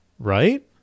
Right